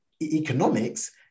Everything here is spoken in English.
economics